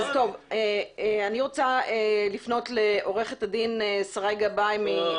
אני רוצה לפנות לעורכת הדין שריי גבאי.